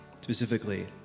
specifically